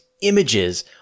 images